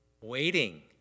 waiting